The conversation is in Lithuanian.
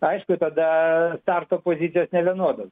aišku tada starto pozicijos nevienodos